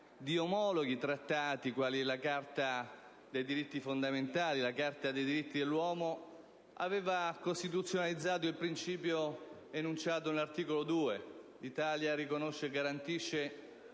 di omologhi trattati quali la Carta dei diritti fondamentali e la Carta dei diritti dell'uomo, aveva costituzionalizzato il principio enunciato nell'articolo 2: «L'Italia riconosce e garantisce